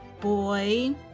boy